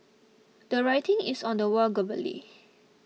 the writing is on the wall globally